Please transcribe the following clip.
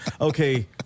Okay